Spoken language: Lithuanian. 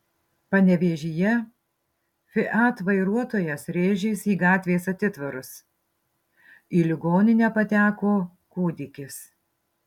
panevėžyje fiat vairuotojas rėžėsi į gatvės atitvarus į ligoninę pateko kūdikis